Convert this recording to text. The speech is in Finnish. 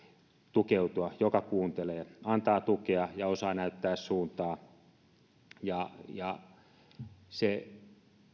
tukeutua ja joka kuuntelee antaa tukea ja osaa näyttää suuntaa se